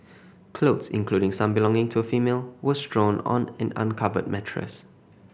clothes including some belonging to a female were strewn on an uncovered mattress